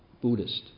Buddhist